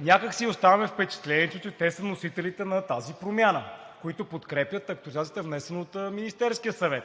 Някак си оставаме с впечатлението, че те са носителите на тази промяна, които подкрепят актуализацията, внесена от Министерския съвет.